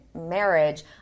marriage